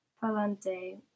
Palante